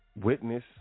witness